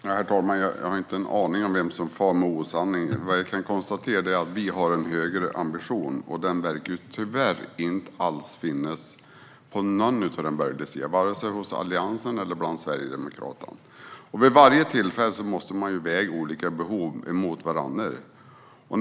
Herr talman! Jag har inte en aning om vem som far med osanning. Vad jag kan konstatera är att vi har en högre ambition, och den verkar tyvärr inte alls finnas på den borgerliga sidan, vare sig hos Alliansen eller hos Sverigedemokraterna. Vid varje tillfälle måste man väga olika behov emot varandra.